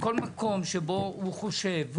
בכל מקום שבו הוא חושב,